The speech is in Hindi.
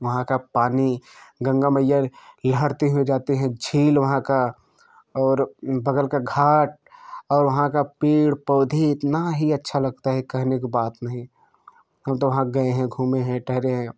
वहाँ का पानी गंगा मैया का लहरते हुए जाते झील वहाँ का और बगल का घाट और वहाँ का पेड़ पौधे इतना ही अच्छा लगता है कहने की बात नहीं हम तो वहाँ गएँ हैं घूमें हैं टहरे हैं